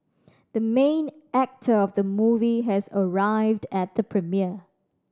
the main actor of the movie has arrived at the premiere